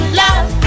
love